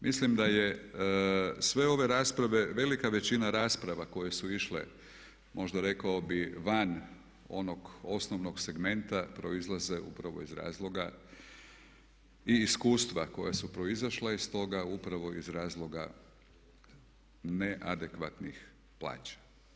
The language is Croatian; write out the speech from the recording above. Mislim da je sve ove rasprave, velika većina rasprava koje su išle možda rekao bi van onog osnovnog segmenta proizlaze upravo iz razloga i iskustva koja su proizašla iz toga upravo iz razloga ne adekvatnih plaća.